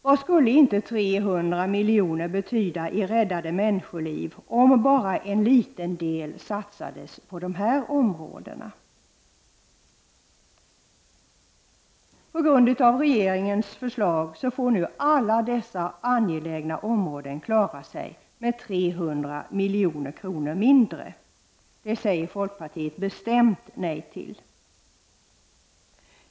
Vad skulle inte 300 miljoner betyda i räddade människoliv om bara en liten del satsades på dessa områden? På grund av regeringens förslag får nu alla dessa angelägna områden klara sig med 300 milj.kr. mindre. Det säger folkpartiet bestämt nej till.